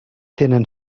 tenen